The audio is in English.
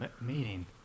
meeting